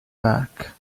back